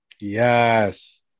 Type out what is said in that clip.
Yes